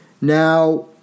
Now